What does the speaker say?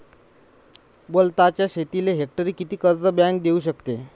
वलताच्या शेतीले हेक्टरी किती कर्ज बँक देऊ शकते?